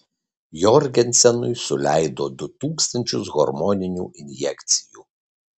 jorgensenui suleido du tūkstančius hormoninių injekcijų